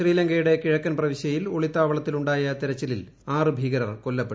ശ്രീലങ്കയുടെ കിഴക്കൻ പ്രവിശ്യയിൽ ഒളിത്താവളത്തിലുണ്ടായ തെരച്ചിലിൽ ആറ് ഭീകരർ കൊല്ലപ്പെട്ടു